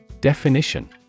definition